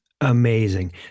amazing